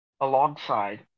alongside